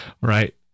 Right